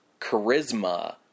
charisma